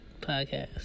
podcast